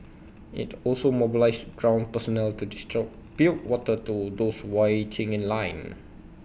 IT also mobilised ground personnel to build water to those waiting in line